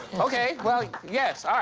okay, well, yes. all right.